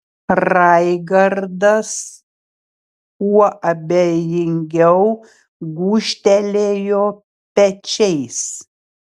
raigardas kuo abejingiau gūžtelėjo pečiais